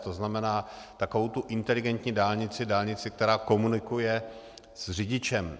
To znamená, takovou tu inteligentní dálnici, dálnici, která komunikuje s řidičem.